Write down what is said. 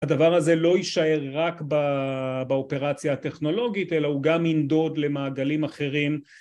הדבר הזה לא יישאר רק באופרציה הטכנולוגית, אלא הוא גם ינדוד למעגלים אחרים